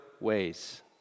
ways